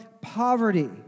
poverty